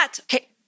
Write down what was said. Okay